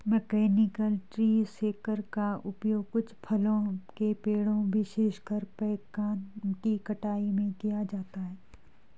mechanical tree shaker का उपयोग कुछ फलों के पेड़ों, विशेषकर पेकान की कटाई में किया जाता है